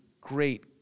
great